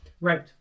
Right